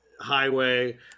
Highway